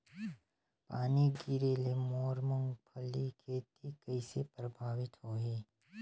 पानी गिरे ले मोर मुंगफली खेती कइसे प्रभावित होही?